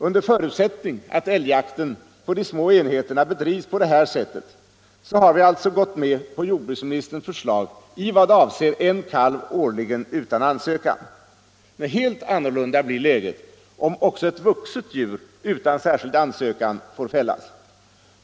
Under förutsättning att älgjakten på de små enheterna bedrivs på det här sättet har vi alltså gått med på jordbruksministerns förslag i vad avser en kalv årligen utan ansökan. Ett helt annat blir läget, om även ett vuxet djur får fällas utan särskild ansökan.